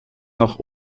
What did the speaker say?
noch